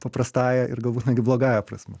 paprastąja ir galbūt netgi blogąja prasme